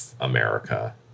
America